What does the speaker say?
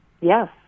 Yes